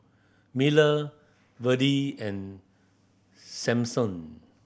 Miller Virdie and Sampson